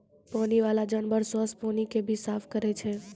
पानी बाला जानवर सोस पानी के भी साफ करै छै